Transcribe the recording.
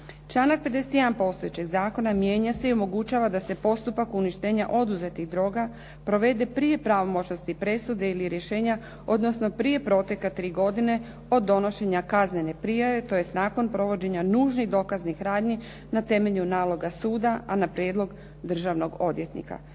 Članak 51. postojećeg zakona mijenja se i omogućava da se postupak uništenja oduzetih droga provede prije pravomoćnosti presude ili rješenja, odnosno prije protoka tri godine od donošenja kaznene prijave, tj. nakon provođenja nužnih dokaznih radnji na temelju naloga suda, a na prijedlog Državnog odvjetnika.